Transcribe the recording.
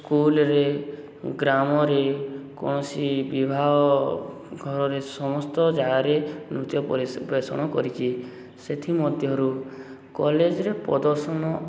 ସ୍କୁଲରେ ଗ୍ରାମରେ କୌଣସି ବିବାହ ଘରେ ସମସ୍ତ ଜାଗାରେ ନୃତ୍ୟ ପରିବେଷଣ କରିଛି ସେଥିମଧ୍ୟରୁ କଲେଜରେ ପ୍ରଦର୍ଶନ